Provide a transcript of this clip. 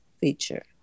feature